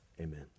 amen